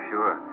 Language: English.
Sure